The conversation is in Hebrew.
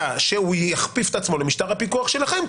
שהוא יכפיף את עצמו למשטר הפיקוח שלכם,